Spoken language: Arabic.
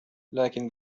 لكن